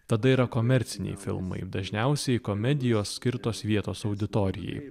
tada yra komerciniai filmai dažniausiai komedijos skirtos vietos auditorijai